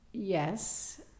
Yes